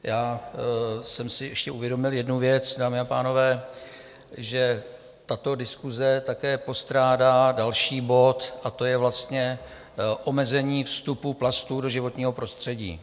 Ještě jsem si uvědomil jednu věc, dámy a pánové, že tato diskuse také postrádá další bod, a to je vlastně omezení vstupu plastů do životního prostředí.